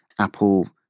Apple